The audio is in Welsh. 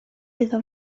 iddo